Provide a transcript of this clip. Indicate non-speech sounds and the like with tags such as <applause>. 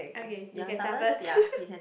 okay you can start first <laughs>